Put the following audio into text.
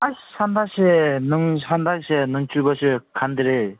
ꯑꯁ ꯍꯟꯗꯛꯁꯦ ꯅꯣꯡ ꯍꯟꯗꯛꯁꯦ ꯅꯣꯡ ꯆꯨꯕꯁꯦ ꯈꯪꯗ꯭ꯔꯦ